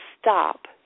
stop